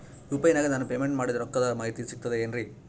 UPI ನಾಗ ನಾನು payment ಮಾಡಿದ ರೊಕ್ಕದ ಮಾಹಿತಿ ಸಿಕ್ತದೆ ಏನ್ರಿ?